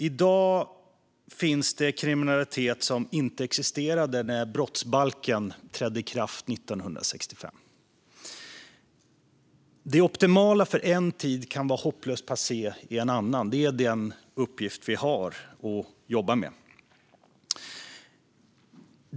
I dag finns kriminalitet som inte existerade när brottsbalken trädde i kraft 1965. Det optimala för en tid kan vara hopplöst passé i en annan. Det är den uppgift vi har att jobba med.